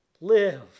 Live